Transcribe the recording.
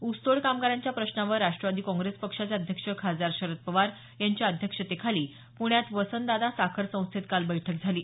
ऊसतोड कामगारांच्या प्रश्नावर राष्ट्रवादी काँग्रेस पक्षाचे अध्यक्ष खासदार शरद पवार यांच्या अध्यक्षतेखाली प्ण्यात वसंतदादा साखर संस्थेत काल बैठक झाली